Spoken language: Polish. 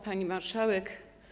Pani Marszałek!